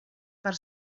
per